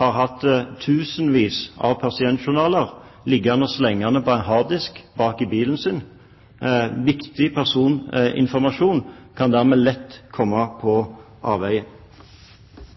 har hatt tusenvis av pasientjournaler liggende og slenge på en harddisk bak i bilen sin. Viktig personinformasjon kan dermed lett komme på avveier.